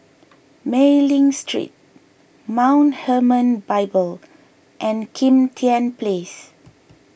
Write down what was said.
Mei Ling Street Mount Hermon Bible and Kim Tian Place